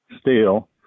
steel